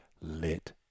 lit